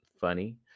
funny